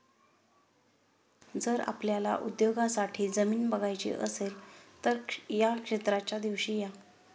जर आपल्याला उद्योगासाठी जमीन बघायची असेल तर क्षेत्राच्या दिवशी या